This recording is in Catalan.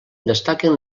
destaquen